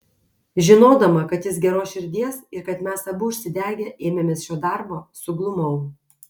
žinodama kad jis geros širdies ir kad mes abu užsidegę ėmėmės šio darbo suglumau